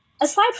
Aside